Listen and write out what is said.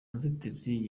nzitizi